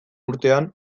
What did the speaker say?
urtean